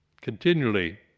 continually